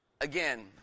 again